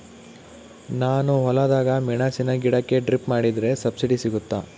ನಾನು ಹೊಲದಾಗ ಮೆಣಸಿನ ಗಿಡಕ್ಕೆ ಡ್ರಿಪ್ ಮಾಡಿದ್ರೆ ಸಬ್ಸಿಡಿ ಸಿಗುತ್ತಾ?